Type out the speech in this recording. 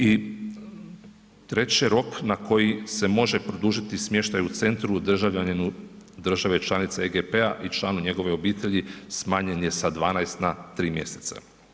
I treće rok na koji se može produžiti smještaj u centru državljaninu države članice EGP-a i članu njegove obitelji smanjen je sa 12 na 3 mjeseca.